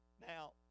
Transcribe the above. Now